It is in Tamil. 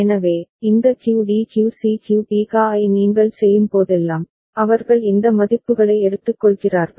எனவே இந்த QD QC QB QA ஐ நீங்கள் செய்யும்போதெல்லாம் அவர்கள் இந்த மதிப்புகளை எடுத்துக்கொள்கிறார்கள்